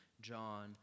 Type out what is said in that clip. John